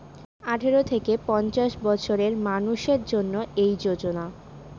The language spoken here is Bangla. আঠারো থেকে পঞ্চাশ বছরের মানুষের জন্য এই যোজনা